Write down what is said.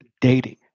dating